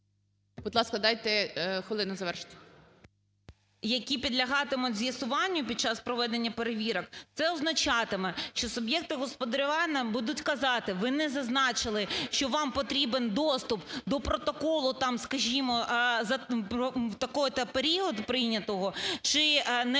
Будь ласка, дайте хвилину завершити. ПТАШНИК В.Ю. …які підлягатимуть з'ясуванню під час проведення перевірок, це означатиме, що суб'єкти господарювання будуть казати: ви не зазначили, що вам потрібен доступ до протоколу, там, скажімо, за такий-то період прийнятого чи не